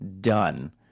done